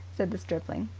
said the stripling.